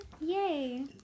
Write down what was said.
Yay